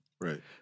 Right